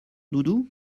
doudou